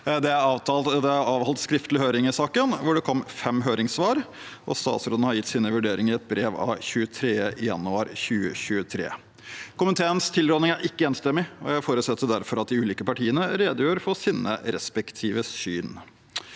Det er avholdt skriftlig høring i saken, hvor det kom fem høringssvar, og statsråden har gitt sine vurderinger i et brev av 23. januar 2023. Komiteens tilråding er ikke enstemmig, og jeg forutsetter derfor at de ulike partiene redegjør for sine respektive syn.